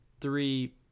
three